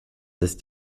ist